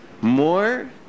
More